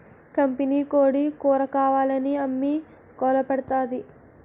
కంపినీకోడీ కూరకావాలని అమ్మి గోలపెడతాంది